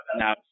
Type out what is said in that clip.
now